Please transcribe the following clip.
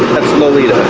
lolita